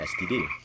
std